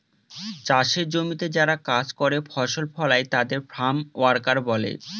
চাষের জমিতে যারা কাজ করে ফসল ফলায় তাদের ফার্ম ওয়ার্কার বলে